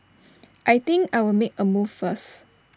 I think I'll make A move first